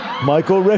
Michael